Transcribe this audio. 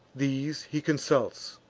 these he consults,